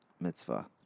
mitzvah